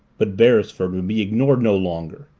but beresford would be ignored no longer.